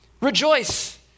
Rejoice